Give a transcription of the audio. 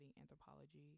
anthropology